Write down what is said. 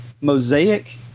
Mosaic